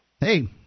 Hey